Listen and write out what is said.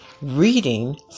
reading